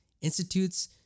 institutes